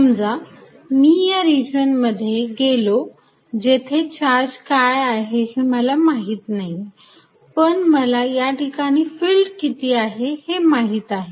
समजा मी या रिजन मध्ये गेलो जेथे चार्ज काय आहे हे मला माहीत नाही पण मला या ठिकाणी फिल्ड किती आहे हे माहित आहे